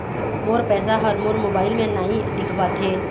मोर पैसा ह मोर मोबाइल में नाई दिखावथे